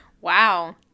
Wow